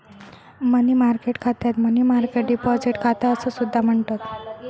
मनी market खात्याक money market deposit खाता असा सुद्धा म्हणतत